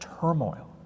turmoil